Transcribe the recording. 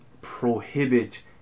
prohibit